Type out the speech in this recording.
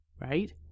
right